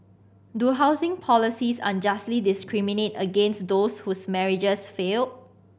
do housing policies unjustly discriminate against those whose marriages failed